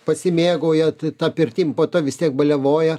pasimėgaujat ta pirtim po to vis tiek baliavoja